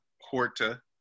Horta